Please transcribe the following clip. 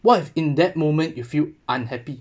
what if in that moment you feel unhappy